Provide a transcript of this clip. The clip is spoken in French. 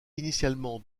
initialement